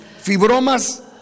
Fibromas